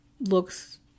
looks